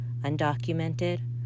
undocumented